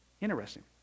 Interesting